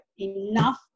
enough